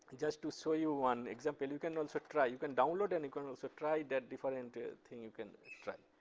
just to show so you one example, you can also try you can download, and you can also try, that differrent thing you can try.